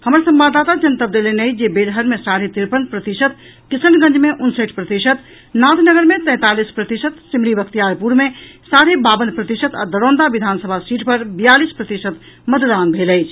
हमार संवाददाता जनतब देलनि अछि जे बेलहर मे साढ़े तिरपन प्रतिशत किशनगंज मे उनसठि प्रतिशत नाथनगर मे तैंतालीस प्रतिशत सिमरी बख्तियारपुर मे साढ़े बावन प्रतिशत आ दरौंदा विधानसभा सीट पर बियालीस प्रतिशत मतदान भेल अछि